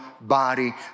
body